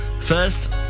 First